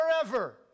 forever